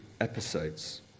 episodes